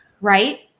Right